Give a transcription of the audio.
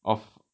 of